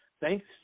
thanks